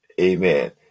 Amen